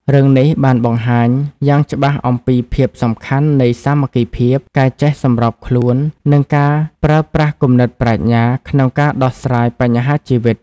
រឿងនេះបានបង្ហាញយ៉ាងច្បាស់អំពីភាពសំខាន់នៃ សាមគ្គីភាព ការចេះសម្របខ្លួន និង ការប្រើប្រាស់គំនិតប្រាជ្ញា ក្នុងការដោះស្រាយបញ្ហាជីវិត។